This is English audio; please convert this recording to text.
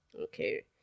okay